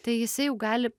tai jisai jau gali